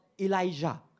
Elijah